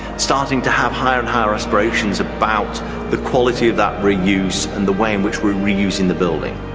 starting to have higher and higher aspirations about the quality of that re-use, and the way in which we're re-using the building.